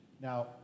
Now